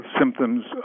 symptoms